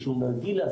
עישון נרגילה,